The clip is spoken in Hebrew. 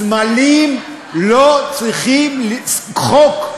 סמלים לא צריכים חוק,